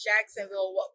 Jacksonville